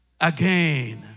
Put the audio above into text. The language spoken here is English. again